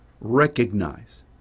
recognize